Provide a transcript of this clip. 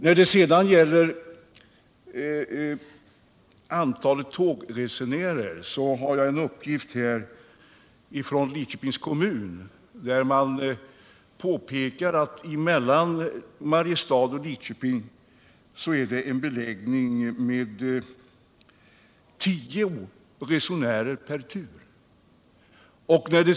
När det sedan gäller antalet tågresenärer har jag en uppgift från Lidköpings kommun om att det mellan Mariestad och Lidköping är en beläggning med tio resenärer per tur.